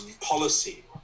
policy